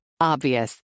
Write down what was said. Obvious